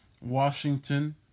Washington